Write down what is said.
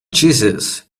jesus